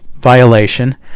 violation